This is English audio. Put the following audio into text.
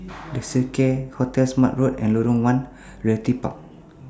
The Seacare Hotel Smart Road and Lorong one Realty Park